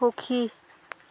সুখী